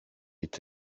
est